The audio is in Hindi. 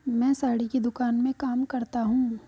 मैं साड़ी की दुकान में काम करता हूं